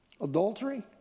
adultery